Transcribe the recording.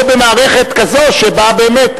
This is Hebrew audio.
או במערכת כזאת שבה באמת,